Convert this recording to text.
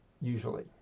usually